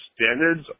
standards